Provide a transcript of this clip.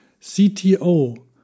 CTO